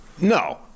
No